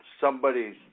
somebody's